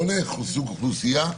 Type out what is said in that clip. לא לאיזה סוג אוכלוסייה.